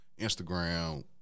Instagram